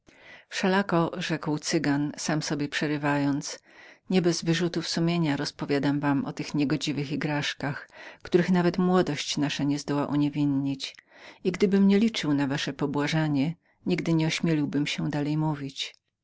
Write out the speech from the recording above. wszelako rzekł cygan sam sobie przerywając nie bez wyrzutów sumienia rozpowiadam wam te niegodziwe igraszki których nawet młodość nasza nie zdoła uniewinnić i gdybym nie liczył na wasze pobłażanie nigdy nie ośmieliłbym się dalej mówić